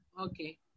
Okay